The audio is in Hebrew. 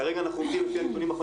כרגע אנחנו עומדים על 3,800,